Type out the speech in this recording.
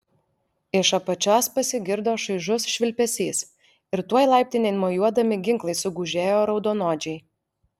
iš apačios pasigirdo šaižus švilpesys ir tuoj laiptinėn mojuodami ginklais sugužėjo raudonodžiai